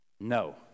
No